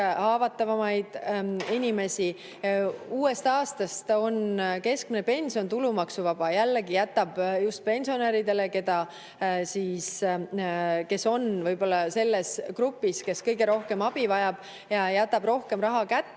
haavatavamaid inimesi. Uuest aastast on keskmine pension tulumaksuvaba. See jällegi jätab just pensionäridele, kes on selles grupis, kes kõige rohkem abi vajavad, rohkem raha kätte.